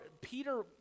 Peter